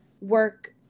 work